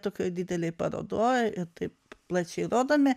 tokioj didelėj parodoj taip plačiai rodomi